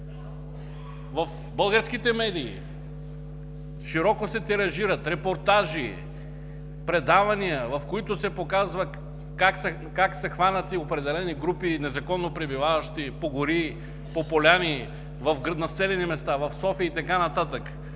В българските медии широко се тиражират репортажи, предавания, в които се показва как са хванати определени групи незаконно пребиваващи по гори, по поляни, в населени места, в София и така